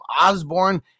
Osborne